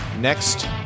next